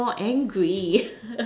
more angry